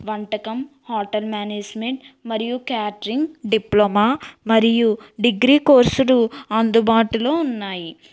వంటకం hotel management మరియు catering diploma మరియు డిగ్రీ కోర్సులు అందుబాటులో ఉన్నాయి